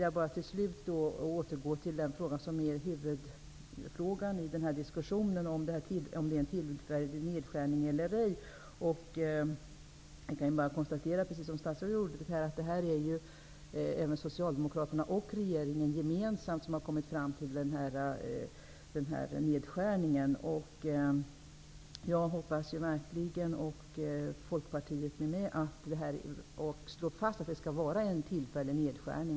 Jag vill återgå till huvudfrågan i denna diskussion, om det är en tillfällig nedskärning eller ej. Jag kan bara konstatera, precis som statsrådet gjorde, att Socialdemokraterna och regeringen gemensamt har kommit fram till denna nedskärning. Jag, och Folkpartiet med mig, hoppas verkligen att detta skall vara en tillfällig nedskärning.